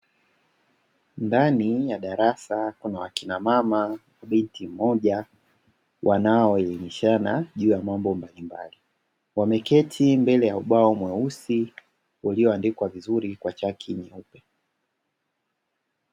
Ndani ya darasa kuna wakina mama na binti moja, wanaoelimishana juu ya mambo mbalimbali, wameketi mbele ya ubao mweusi walioandikwa vizuri kwa chaki nyeupe.